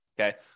okay